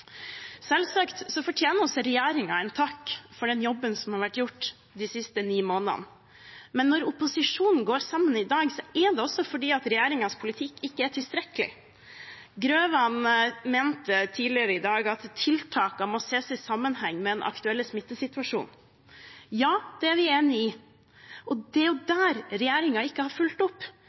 Selvsagt fortjener også regjeringen en takk for den jobben som har vært gjort de siste ni månedene, men når opposisjonen i dag går sammen, er det også fordi regjeringens politikk ikke er tilstrekkelig. Representanten Grøvan mente tidligere i dag at tiltakene må ses i sammenheng med den aktuelle smittesituasjonen. Ja, det er vi enig i, og det er der regjeringen ikke har fulgt opp.